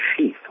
sheath